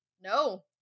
No